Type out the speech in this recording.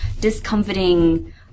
discomforting